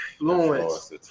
influence